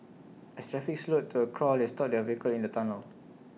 as traffic slowed to A crawl they stopped their vehicle in the tunnel